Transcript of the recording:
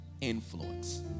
influence